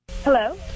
hello